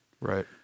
right